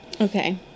Okay